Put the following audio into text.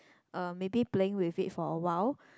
uh maybe playing with it for awhile